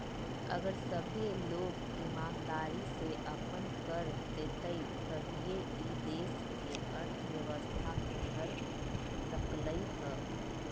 अगर सभ्भे लोग ईमानदारी से अप्पन कर देतई तभीए ई देश के अर्थव्यवस्था सुधर सकलई ह